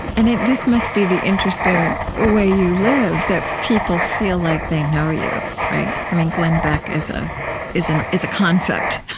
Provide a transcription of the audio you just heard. and this must be the interesting way you live, that people feel like they know you, right? i mean, glenn beck is ah is and a concept.